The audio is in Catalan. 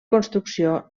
construcció